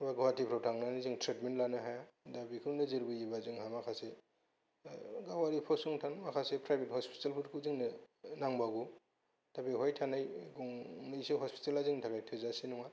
एबा गुवाहाटीफोराव थांनानै जों ट्रिटमेन्ट लानो हाया दा बेखौ नोजोर बोयोबा जोंहा माखासे गावारि फसंथान माखासे प्राइभेट हस्पिटाल फोरखौ जोंनो नांबावगौ दा बेवहाय थानाय गंनैसे हस्पिटाला जोंनि थाखाय थोजासे नङा